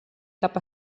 cap